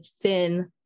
thin